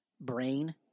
brain